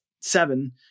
seven